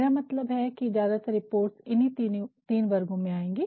मेरा मतलब है कि ज्यादातर रिपोर्ट्स इन्ही तीन वर्गों में आएँगी